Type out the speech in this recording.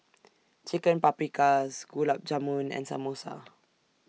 Chicken Paprikas Gulab Jamun and Samosa